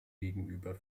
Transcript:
gegenüber